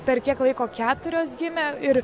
per kiek laiko keturios gimė ir